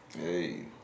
Hey